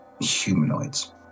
humanoids